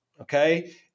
okay